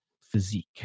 physique